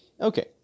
Okay